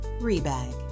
Rebag